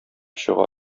чыга